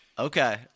Okay